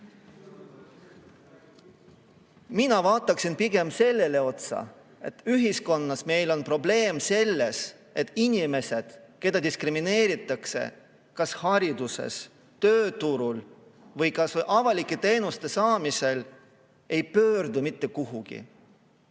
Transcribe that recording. Mina vaataksin pigem sellele otsa, et ühiskonnas on meil probleem, et inimesed, keda diskrimineeritakse kas hariduses, tööturul või ka avalike teenuste saamisel, ei pöördu mitte kuhugi.